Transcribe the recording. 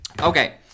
Okay